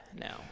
now